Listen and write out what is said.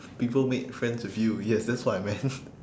people made friends with you yes that's what I meant